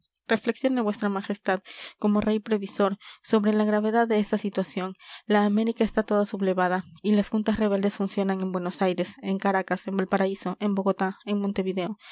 debiera reflexione vuestra majestad como rey previsor sobre la gravedad de esta situación la américa está toda sublevada y las juntas rebeldes funcionan en buenos aires en caracas en valparaíso en bogotá en montevideo